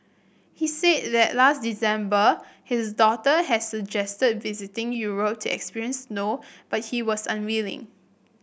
he said that last December his daughter had suggested visiting Europe to experience know but he was unwilling